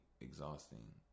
Exhausting